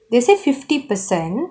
they say fifty percent